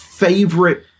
Favorite